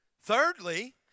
Thirdly